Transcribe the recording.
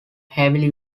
heavily